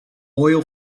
oil